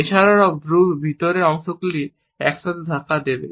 এছাড়াও ভ্রুর ভিতরের অংশগুলি একসাথে ধাক্কা দেবে